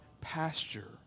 pasture